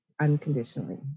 unconditionally